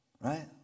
Right